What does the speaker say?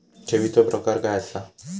ठेवीचो प्रकार काय असा?